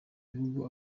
bihugu